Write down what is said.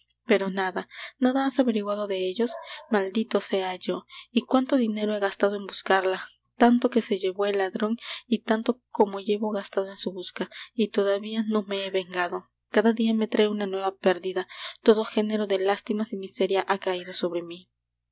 pero nada nada has averiguado de ellos maldito sea yo y cuánto dinero he gastado en buscarla tanto que se llevó el ladron y tanto cómo llevo gastado en su busca y todavía no me he vengado cada dia me trae una nueva pérdida todo género de lástimas y miserias ha caido sobre mí